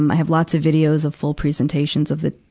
um i have lots of videos of full presentations of the,